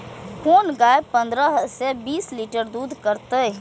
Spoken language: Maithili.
कोन गाय पंद्रह से बीस लीटर दूध करते?